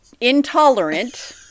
intolerant